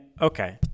okay